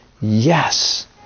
Yes